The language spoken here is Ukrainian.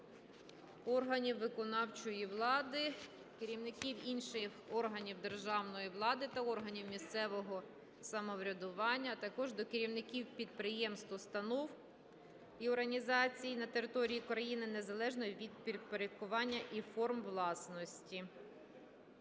органів виконавчої влади, керівників інших органів державної влади та органів місцевого самоврядування, а також до керівників підприємств, установ і організацій на території країни незалежно від підпорядкування і форм власності.